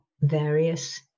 various